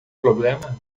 problema